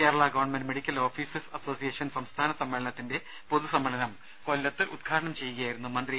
Kerala government medical officers association സംസ്ഥാന സമ്മേളനത്തിന്റെ പൊതുസമ്മേളനം കൊല്ലത്ത് ഉദ്ഘാടനം ചെയ്യുകയായിരുന്നു മന്ത്രി